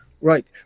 Right